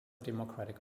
democratic